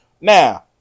Now